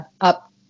up